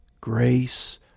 grace